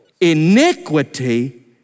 Iniquity